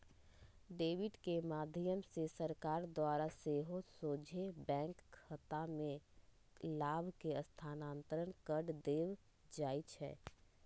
DBT के माध्यम से सरकार द्वारा सेहो सोझे बैंक खतामें लाभ के स्थानान्तरण कऽ देल जाइ छै